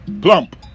Plump